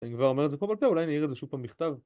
אני כבר אומר את זה פה בפה, אולי אני אעיר את זה שוב פעם בכתב